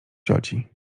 cioci